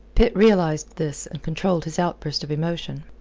pitt realized this, and controlled his outburst of emotion.